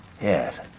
Yes